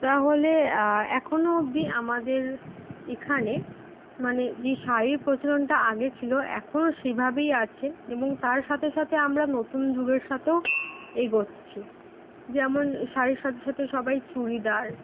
তাহলে এখনো অবধি আমাদের এখানে মানে যে শাড়ির প্রচলনটা আগে ছিলো এখনো সেভাবেই আছে এবং তার সাথে সাথে আমরা নতুন যুগের সাথেও এগোচ্ছি যেমন শাড়ির সাথে সাথে সবাই চুড়িদার